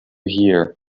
here